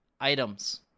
items